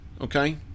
okay